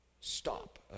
stop